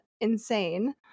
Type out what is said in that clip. insane